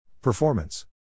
Performance